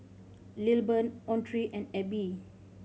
Lilburn Autry and Abbie